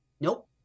Nope